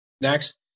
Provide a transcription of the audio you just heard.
next